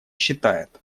считает